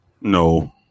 no